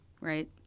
right